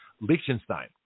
Liechtenstein